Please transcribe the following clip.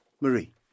Marie